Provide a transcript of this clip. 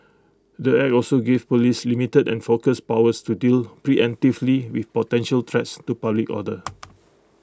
the act also gives Police limited and focused powers to deal preemptively with potential threats to public order